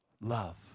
love